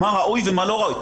מה ראוי ומה לא ראוי.